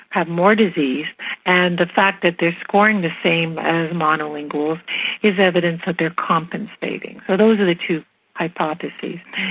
have more disease and the fact that they are scoring the same as mono-linguals is evidence that they are compensating. so those are the two hypotheses.